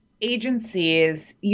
agencies